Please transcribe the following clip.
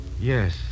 Yes